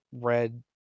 red